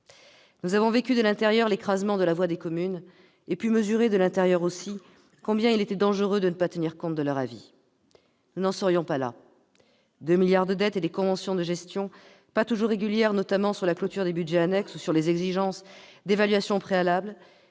Nous avons vécu de l'intérieur l'écrasement de la voix des communes et pu mesurer aussi combien il était dangereux de ne pas tenir compte de leur avis. Si on les avait écoutées, nous n'en serions pas là, avec 2 milliards d'euros de dette, des conventions de gestion pas toujours régulières, notamment sur la clôture des budgets annexes ou sur les exigences d'évaluation préalable,